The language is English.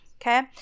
Okay